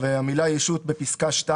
המילה "ישות" בפסקה 2 יורדת.